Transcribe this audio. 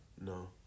No